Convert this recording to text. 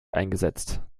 eingesetzt